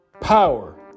power